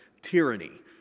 tyranny